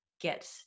get